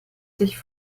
sich